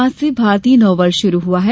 आज से भारतीय नववर्ष शुरू हुआ है